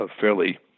fairly